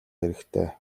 хэрэгтэй